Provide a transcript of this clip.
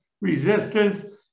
resistance